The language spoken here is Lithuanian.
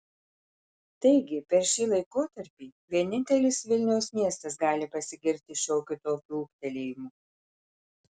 taigi per šį laikotarpį vienintelis vilniaus miestas gali pasigirti šiokiu tokiu ūgtelėjimu